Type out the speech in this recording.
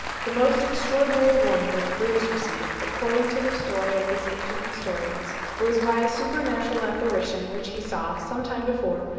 the most extraordinary warning which brutus received, according to the story of his ancient historians, was by a supernatural apparition which he saw, some time before,